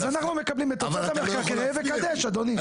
אז אנחנו מקבלים את תוצאות המחקר כראה וקדם אדוני.